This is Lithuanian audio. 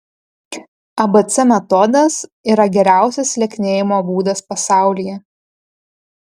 abc metodas yra geriausias lieknėjimo būdas pasaulyje